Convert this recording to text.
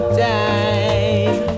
time